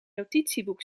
notitieboek